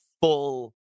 full